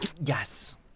Yes